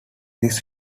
this